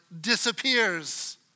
disappears